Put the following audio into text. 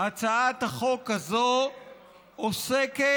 הצעת החוק הזו עוסקת